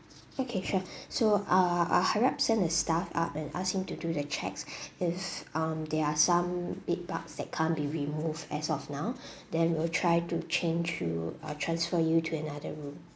okay sure so ah I hurry up send a staff up and ask him to do the checks if um there are some bed bugs that can be removed as of now then we will try to change you uh transfer you to another room